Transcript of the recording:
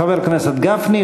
חבר הכנסת גפני,